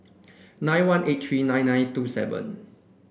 nine one eight three nine nine two seven